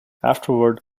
afterward